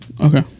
Okay